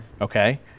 Okay